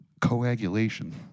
Coagulation